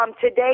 today